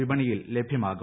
വിപണിയിൽ ലഭ്യമാകും